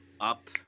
Up